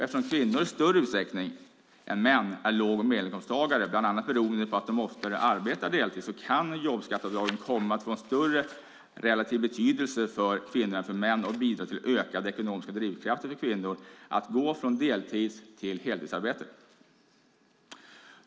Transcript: Eftersom kvinnor i större utsträckning än män är låg och medelinkomsttagare, bland annat beroende på att de oftare arbetar deltid, kan jobbskatteavdragen komma att vara av större relativ betydelse för kvinnor än för män och bidra till ökade ekonomiska drivkrafter för kvinnor att gå från deltids till heltidsarbete.